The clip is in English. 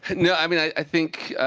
no. i mean, i think,